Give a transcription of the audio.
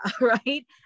right